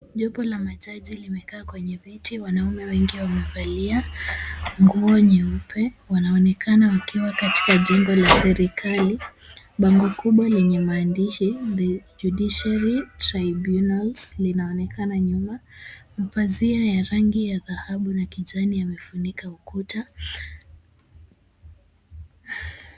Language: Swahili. Jopo la majaji limekaa kwenye viti. Wanaume wamevalia nguo nyeupe, wanaonekana wakiwa katika jengo la serikali. Bango kubwa lenye maandishi, the judiciary tribunals linaonekana nyuma. Mapazia ya rangi ya dhahabu na kijani yamefunika ukuta.